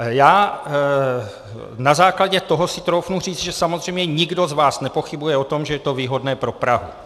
Já na základě toho si troufnu říct, že samozřejmě nikdo z vás nepochybuje o tom, že je to výhodné pro Prahu.